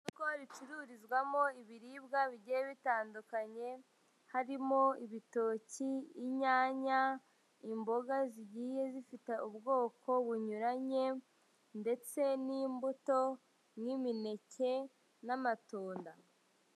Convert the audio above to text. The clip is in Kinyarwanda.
Isoko ricururizwamo ibiribwa bigiye bitandukanye, harimo ibitoki, inyanya, imboga zigiye zifite ubwoko bunyuranye ndetse n'imbuto nk'imineke n'amatunda.